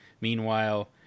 Meanwhile